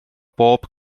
bob